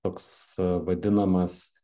toks vadinamas